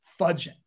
fudging